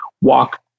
walk